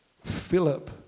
Philip